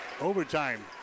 overtime